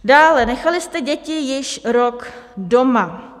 Dále, nechali jste děti již rok doma.